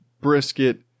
brisket